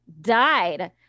died